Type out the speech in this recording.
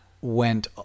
went